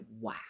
wow